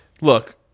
Look